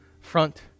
front